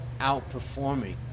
outperforming